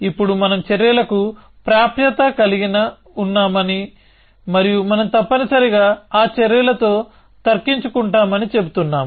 ఇప్పుడు మనం చర్యలకు ప్రాప్యత కలిగి ఉన్నామని మరియు మనం తప్పనిసరిగా ఆ చర్యలతో తర్కించుకుంటామని చెబుతున్నాము